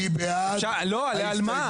מי בעד ההסתייגויות?